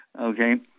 Okay